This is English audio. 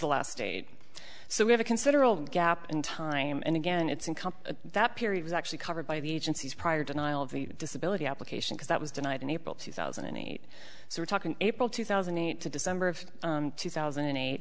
the last state so we have a considerable gap in time and again its income that period was actually covered by the agency's prior denial of disability applications that was denied in april two thousand and eight so we're talking april two thousand and eight to december of two thousand and eight